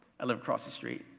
i live across the street.